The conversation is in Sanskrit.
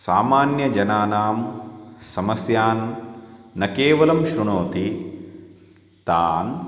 सामान्यजनानां समस्यान् न केवलं शृणोति तान्